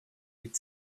read